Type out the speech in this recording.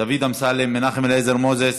דוד אמסלם, מנחם אליעזר מוזס.